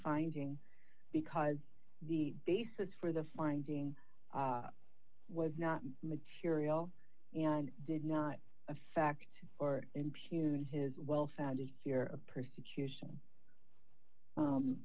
finding because the basis for the finding was not material and did not affect or impugn his well founded fear of persecution